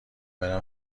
برم